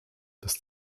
des